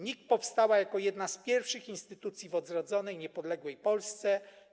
NIK powstała jako jedna z pierwszych instytucji w odrodzonej, niepodległej Polsce.